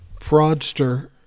fraudster